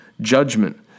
judgment